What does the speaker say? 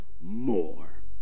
more